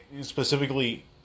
specifically